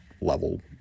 level